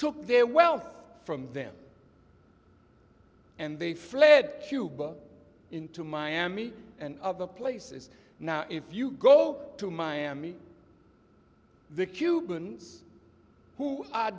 took their wealth from them and they fled cuba in to miami and other places now if you go to miami the cubans who a